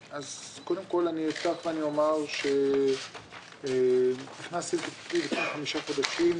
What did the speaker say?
אפתח ואומר שנכנסתי לתפקיד לפני חמישה חודשים,